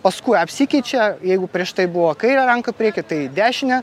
paskui apsikeičia jeigu prieš tai buvo kaire ranka prieky tai dešine